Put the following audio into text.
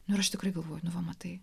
nu ir aš tikrai galvoju nu va matai